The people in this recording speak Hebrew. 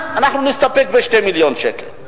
אנחנו נסתפק ב-2 מיליון שקל.